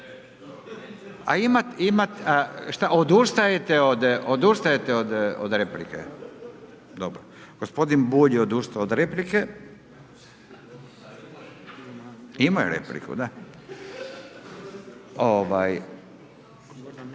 A imate, šta odustajete od replike? Dobro. Gospodin Bulj je odustao od replike. …/Upadica